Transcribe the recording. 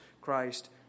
Christ